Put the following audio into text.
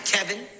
Kevin